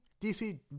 DC